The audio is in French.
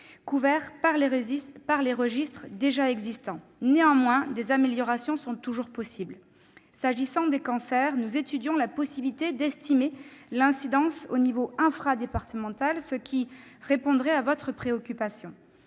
couvert par les registres existants. Néanmoins, des améliorations sont toujours possibles. S'agissant des cancers, nous étudions la possibilité d'estimer leur incidence à l'échelon infradépartemental, ce qui répondrait à la préoccupation